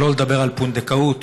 שלא לדבר על פונדקאות,